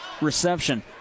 reception